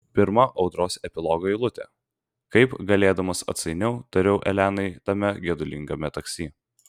pirma audros epilogo eilutė kaip galėdamas atsainiau tariau elenai tame gedulingame taksi